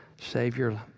Savior